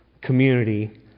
community